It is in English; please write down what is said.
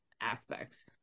aspects